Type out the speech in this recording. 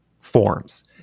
forms